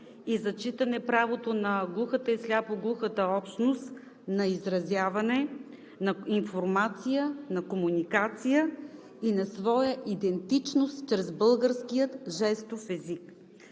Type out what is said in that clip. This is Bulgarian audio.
и зачитане правото на глухата и сляпо-глухата общност на изразяване, на информация, на комуникация и на своя идентичност чрез българския жестов език.